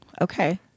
Okay